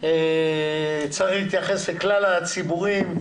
צריך להתייחס לכלל הציבורים.